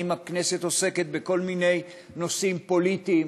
הכנסת עוסקת בכל מיני נושאים פוליטיים